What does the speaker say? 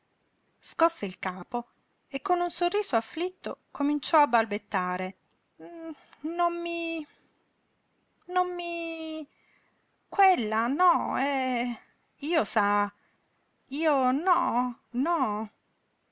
scosse il capo e con un sorriso afflitto cominciò a balbettare no non mi non mi quella no eh io sa io no no